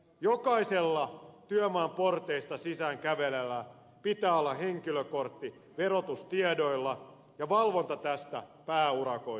jokaisella työmaan porteista sisään kävelevällä pitää olla henkilökortti verotustiedoilla ja valvonta tästä pääurakoitsijalla